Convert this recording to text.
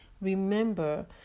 Remember